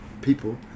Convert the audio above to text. people